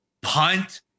punt